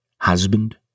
husband